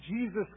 Jesus